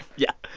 yeah.